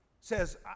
says